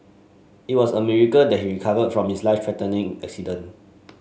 it was a miracle that he recovered from his life threatening accident